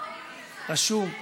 רשום.